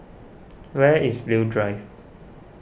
where is Leo Drive